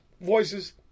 Voices